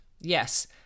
Yes